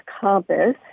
Compass